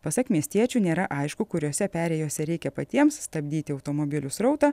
pasak miestiečių nėra aišku kuriose perėjose reikia patiems stabdyti automobilių srautą